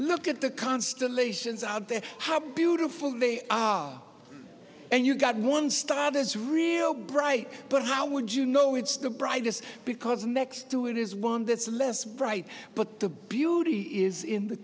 look at the constellations out there how beautiful they are and you got one star there's real bright but how would you know it's the brightest because next to it is one that's less bright but the beauty is in the